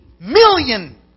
million